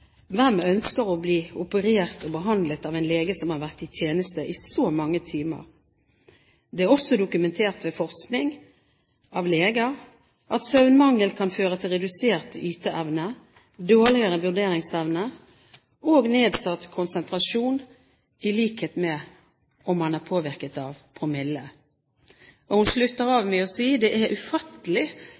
hvem ønsker å bli operert og behandlet av en lege som har vært i tjeneste i så mange timer. Det er også dokumentert ved forskning, av leger, at søvnmangel kan føre til redusert yteevne, dårligere vurderingsevne og nedsatt konsentrasjon i likhet med om man er påvirket av promille.» Og hun avslutter med å si: «Det er ufattelig